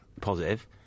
positive